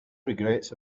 regrets